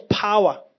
power